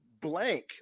blank